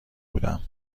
بودم